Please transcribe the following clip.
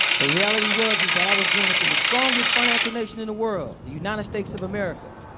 the reality was was that i was growing up in the strongest financial nation in the world, the united states of america,